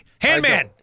Handman